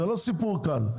זה לא סיפור קל,